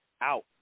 out